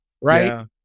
Right